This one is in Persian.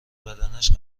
بدنش